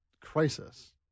crisis